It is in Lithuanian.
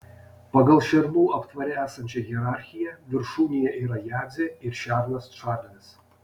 pagal šernų aptvare esančią hierarchiją viršūnėje yra jadzė ir šernas čarlis